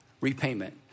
repayment